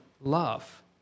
love